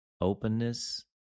openness